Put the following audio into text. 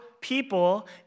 people